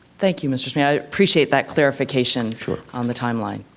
thank you mr. spinney, i appreciate that clarification on the timeline.